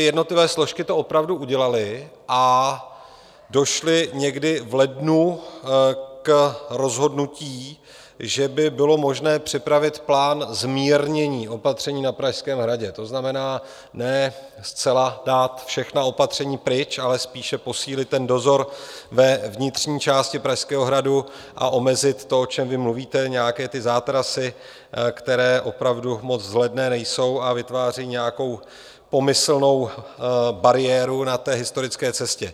Jednotlivé složky to opravdu udělaly a došly někdy v lednu k rozhodnutí, že by bylo možné připravit plán zmírnění opatření na Pražském hradě, to znamená, ne zcela dát všechna opatření pryč, ale spíše posílit dozor ve vnitřní části Pražského hradu a omezit to, o čem vy mluvíte, nějaké ty zátarasy, které opravdu moc vzhledné nejsou a vytvářejí nějakou pomyslnou bariéru na té historické cestě.